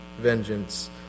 vengeance